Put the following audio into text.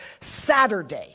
Saturday